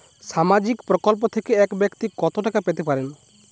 সামাজিক প্রকল্প থেকে এক ব্যাক্তি কত টাকা পেতে পারেন?